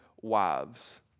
wives